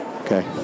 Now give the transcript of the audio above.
Okay